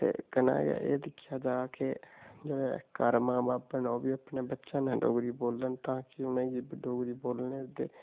ते कन्नै गै एह् दिक्खेआ जा के घर मां बब्ब बी अपने बच्चें कन्नै डोगरी बोलन की उ'नेंगी डोगरी बोलने दे